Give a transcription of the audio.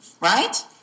Right